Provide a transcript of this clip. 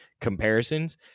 comparisons